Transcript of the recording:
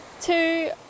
two